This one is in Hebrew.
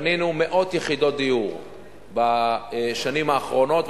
קנינו מאות יחידות דיור בשנים האחרונות.